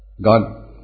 God